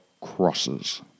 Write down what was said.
crosses